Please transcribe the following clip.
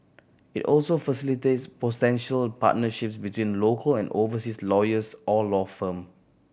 it also facilitates potential partnerships between local and overseas lawyers or law firm